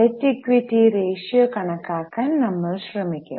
TET equity ratio കണക്കാക്കാൻ നമ്മൾ ശ്രമിക്കും